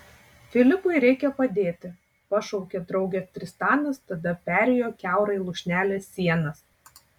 filipui reikia padėti pašaukė draugę tristanas tada perėjo kiaurai lūšnelės sienas